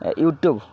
YouTube